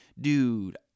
Dude